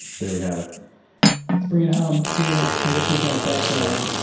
there we have it. let's bring it home, david. i guess we got a bet going,